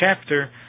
chapter